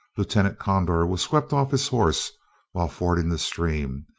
lieutenant conder was swept off his horse while fording the stream,